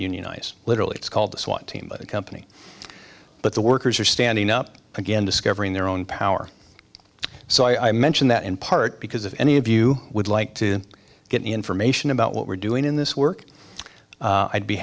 unionize literally it's called a swat team company but the workers are standing up again discovering their own power so i mentioned that in part because if any of you would like to get information about what we're doing in this work i'd be